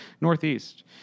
Northeast